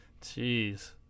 Jeez